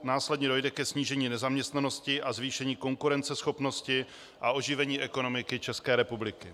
Následně dojde ke snížení nezaměstnanosti, zvýšení konkurenceschopnosti a oživení ekonomiky České republiky.